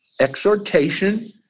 exhortation